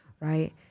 right